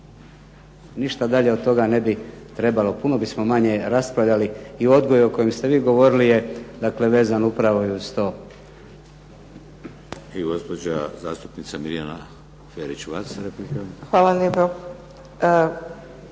Ništa dalje od toga ne bi trebalo. Puno bismo manje raspravljali i odgoj o kojem ste vi govorili je dakle vezan upravo i uz to. **Šeks, Vladimir (HDZ)** I